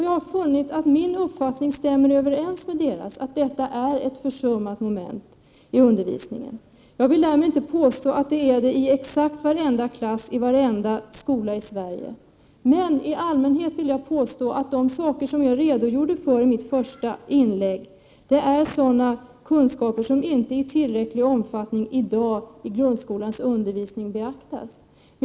Jag har funnit att min uppfattning stämmer överens med deras, att detta är ett försummat moment i undervisningen. Jag vill därmed inte påstå att det är det i exakt varenda klass i varenda skola i Sverige, men jag vill påstå att de saker som jag redogjorde för i mitt första inlägg är sådana kunskaper som i dag inte i tillräcklig omfattning beaktas i grundskolans undervisning.